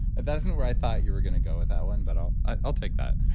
that that isn't where i thought you were going to go with that one, but i'll i'll take that.